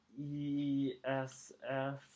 ESF